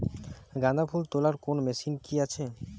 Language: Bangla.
গাঁদাফুল তোলার কোন মেশিন কি আছে?